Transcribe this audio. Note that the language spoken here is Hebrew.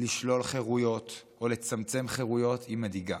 לשלול חירויות או לצמצם חירויות היא מדאיגה,